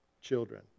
children